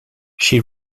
she